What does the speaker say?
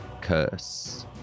Curse